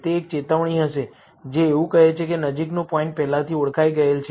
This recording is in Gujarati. તે એક ચેતવણી હશે જે એવું કહે છે કે નજીકનું પોઇન્ટ પહેલાથી ઓળખાઈ ગયેલ છે